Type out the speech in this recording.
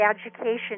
education